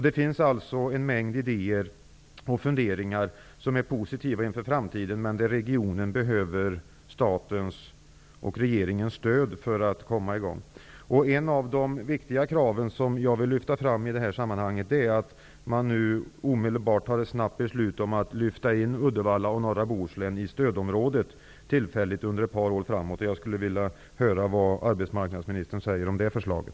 Det finns en mängd positiva idéer och funderingar inför framtiden men där regionen behöver statens occh regeringens stöd för att komma igång. En av de viktiga krav som jag vill lyfta fram i det här sammanhanget är att omedelbart fatta beslut om att lyfta in Uddevalla och norra Bohuslän tillfälligt, under några år framöver, i stödområdet. Jag skulle vilja höra vad arbetsmarknadsministern säger om det förslaget.